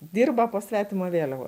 dirba po svetima vėliava